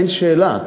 אין שאלה.